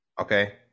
Okay